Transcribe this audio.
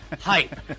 hype